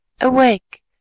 awake